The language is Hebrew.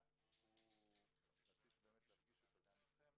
רציתי להפגיש אותו איתכם,